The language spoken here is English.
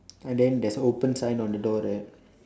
and then there's open sign on the door there